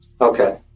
Okay